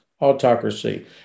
autocracy